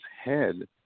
head